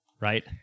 right